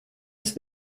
ist